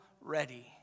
ready